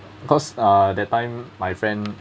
cause uh that time my friend